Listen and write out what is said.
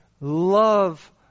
love